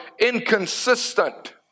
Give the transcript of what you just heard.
inconsistent